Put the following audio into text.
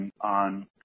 on –